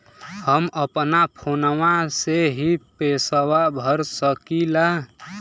हम अपना फोनवा से ही पेसवा भर सकी ला?